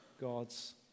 God's